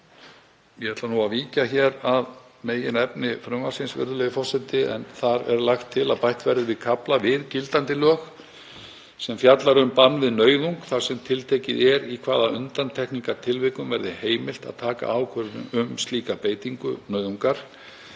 Ég ætla að víkja að meginefni frumvarpsins, virðulegur forseti. Þar er lagt til að bætt verði kafla við gildandi lög sem fjallar um bann við nauðung þar sem tiltekið er í hvaða undantekningartilvikum verði heimilt að taka ákvörðun um slíka beitingu nauðungar,